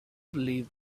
believed